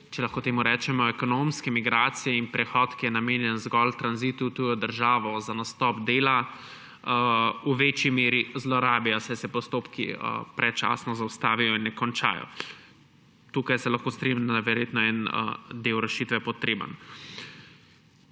če lahko temu rečem, ekonomske migracije in prehod, ki je namenjen zgolj tranzitu v tujo državo za nastop dela, v večji meri zlorabi, saj se postopki predčasno zaustavijo in ne končajo. Tukaj se lahko strinjam, da je verjetno en del rešitve potreben.